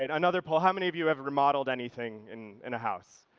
ah another poll, how many of you have remodelled anything in in a house?